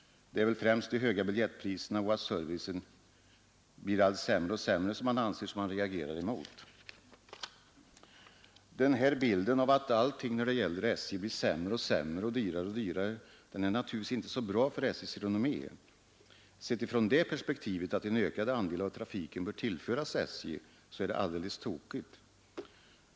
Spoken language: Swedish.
Man reagerar främst mot de höga biljettpriserna och mot den som man anser allt sämre servicen. Den här bilden av att allting när det gäller SJ blir sämre och sämre och dyrare och dyrare är naturligtvis inte så bra för SJ:s renommé. Sett från det perspektivet att en ökad andel av trafiken bör tillföras SJ är det alldeles tokigt.